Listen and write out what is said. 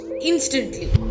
instantly